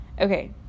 Okay